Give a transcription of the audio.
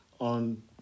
on